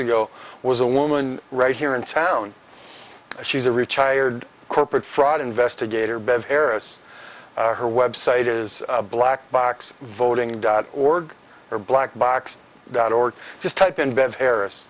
ago was a woman right here in town she's a retired corporate fraud investigator bev harris her website is black box voting dot org or black box that or just type in bev harris